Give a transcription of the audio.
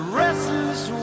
restless